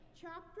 chapter